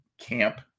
camp